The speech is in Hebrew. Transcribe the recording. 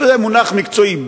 אבל זה מונח מקצועי.